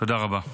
תודה רבה.